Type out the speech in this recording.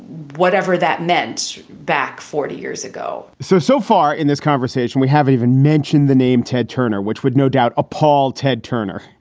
whatever that meant. back forty years ago so, so far in this conversation, we have even mentioned the name ted turner, which would no doubt appall ted turner.